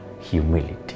humility